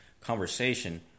conversation